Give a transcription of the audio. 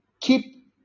keep